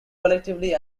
collectively